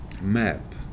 map